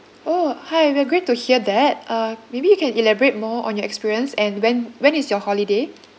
orh hi we are glad to hear that uh maybe you can elaborate more on your experience and when when is your holiday